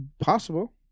Possible